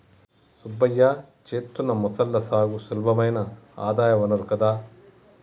సుబ్బయ్య చేత్తున్న మొసళ్ల సాగు సులభమైన ఆదాయ వనరు కదా